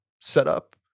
setup